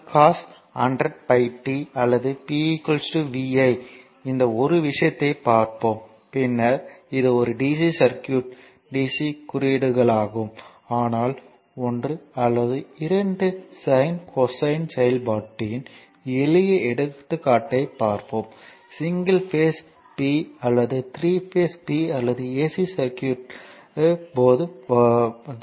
12 cos 100πt அல்லது p vi இந்த ஒரு விஷயத்தை பார்ப்போம் பின்னர் இது ஒரு DC சர்க்யூட் DC குறியீடுகளாகும் ஆனால் ஒன்று அல்லது இரண்டு சைன் கொசைன் செயல்பாட்டின் எளிய எடுத்துக்காட்டு ஐ பார்ப்போம் சிங்கிள் பேஸ் P அல்லது 3 பேஸ் P அல்லது AC சர்க்யூட் போது வரும்